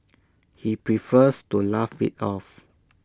he prefers to laugh IT off